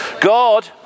God